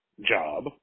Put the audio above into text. job